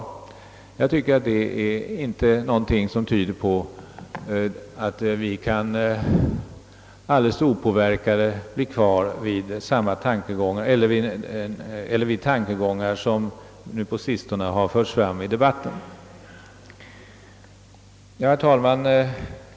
Detta tycker jag inte är någonting som tyder på att vi helt opåverkade kan bli kvar vid de tankegångar som på sistone förts fram i debatten. Herr talman!